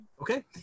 Okay